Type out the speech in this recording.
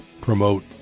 promote